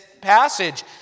passage